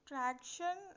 Traction